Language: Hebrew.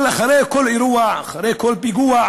אבל אם אחרי כל אירוע, אחרי כל פיגוע,